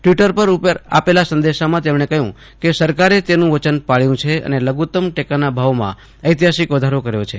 Twitter ઉપર આપેલા સંદેશામાં તેમણે કહ્યું કે સરકારે તેનું વચન પાળ્યું છે અને લઘુત્તમ ટેકાના ભાવોમાં ઐતિહાસિક વધારો કર્યો છે